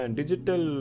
digital